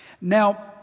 Now